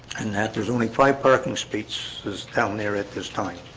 and that there's only five parking spaces down there at this time.